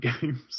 games